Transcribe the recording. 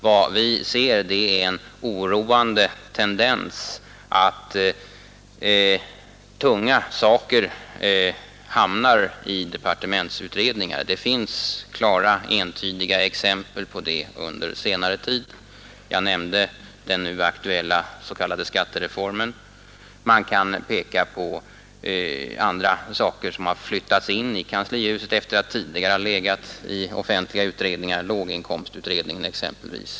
Vad vi ser är en oroande tendens att tunga frågor hamnar i departementsutred ningar. Det finns klara, entydiga exempel på det från senare tid. Jag nämnde den nu aktuella s.k. skattereformen. Man kan peka på andra frågor som har flyttats in i kanslihuset efter att tidigare ha legat hos offentliga utredningar, exempelvis låginkomstutredningen.